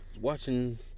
watching